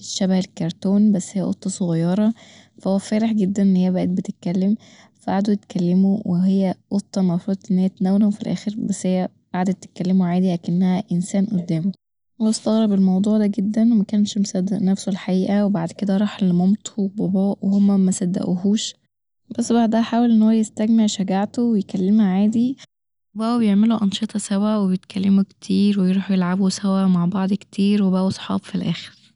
شبه الكارتون بس هي قطه صغيره فهو فرح جدا ان هي بقت بتتكلم، فقعدوا يتكلموا وهي قطة المفروض ان هي تنونو في الآخر بس هي قعدت تكلمه عادي أكنها انسان قدامه، وهو استغرب الموضوع دا جدا ومكانش مصدق نفسه الحقيقه وبعد كدا راح لمامته وبابا وهما مصدقهوش بس بعدها حاول ان هو يستجمع شجاعته ويكلمها عادي وبقوا بيعملوا انشطه سوا وبيتكلموا كتير وبيروحوا يلعبوا سوا مع بعض كتير وبقوا اصحاب في الآخر.